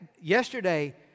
Yesterday